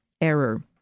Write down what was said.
error